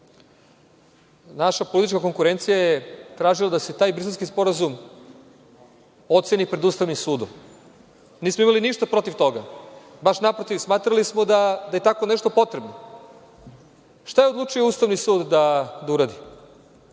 Naša politička konkurencija je tražila da se taj Briselski sporazum oceni pred Ustavnim sudom. Nismo imali ništa protiv toga, baš naprotiv smatrali smo da je tako nešto potrebno. Šta je odlučio Ustavni sud da uradi?